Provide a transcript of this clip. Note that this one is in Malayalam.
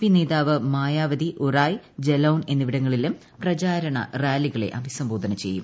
പി നേതാവ് മായാവതി ഉറായ് ജലൌൻ എന്നിവിടങ്ങളിലും പ്രചാരണ റാലികളെ അഭിസംബോധന ചെയ്യും